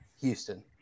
Houston